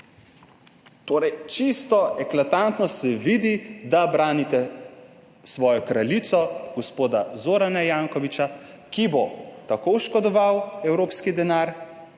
let. Čisto eklatantno se vidi, da branite svojo kraljico gospoda Zorana Jankovića, ki bo oškodoval evropski denar,